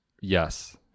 Yes